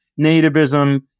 nativism